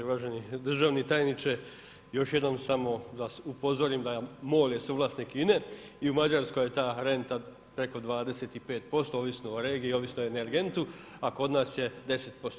Uvaženi državni tajniče, još jednom samo vas upozorim da MOL je suvlasnik INA-e i u Mađarskoj je ta renta preko 25%, ovisno o regiji, ovisno o energentu, a kod nas je 10%